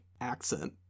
accent